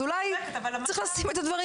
אז אולי צריך לשים את הדברים.